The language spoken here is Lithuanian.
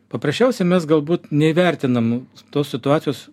paprasčiausia mes galbūt neįvertinam tos situacijos